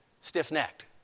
stiff-necked